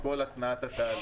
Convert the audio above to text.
המכרז מסתיים בסוף